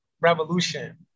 revolution